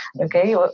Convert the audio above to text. Okay